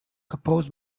composed